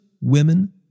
women